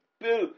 Bill